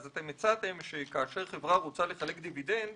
אז הצעתם שכאשר חברה רוצה לחלק דיבידנד